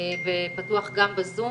ופתוח גם בזום